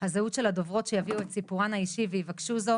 הזהות של הדוברות שיביאו את סיפורן האישי ויבקשו זאת